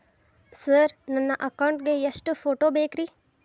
Sir account ಗೇ ಎಷ್ಟು photo ಬೇಕ್ರಿ?